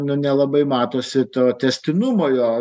nu nelabai matosi to tęstinumo jo